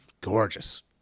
gorgeous